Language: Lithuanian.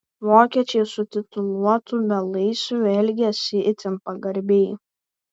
vokiečiai su tituluotu belaisviu elgėsi itin pagarbiai